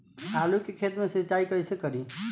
आलू के खेत मे सिचाई कइसे करीं?